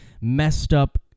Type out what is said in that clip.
messed-up